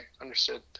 Understood